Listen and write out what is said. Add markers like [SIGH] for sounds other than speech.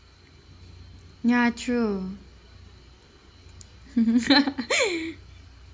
ya true [LAUGHS]